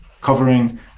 covering